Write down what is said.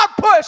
push